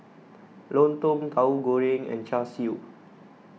Lontong Tauhu Goreng and Char Siu